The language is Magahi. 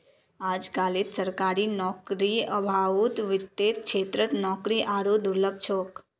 अजकालित सरकारी नौकरीर अभाउत वित्तेर क्षेत्रत नौकरी आरोह दुर्लभ छोक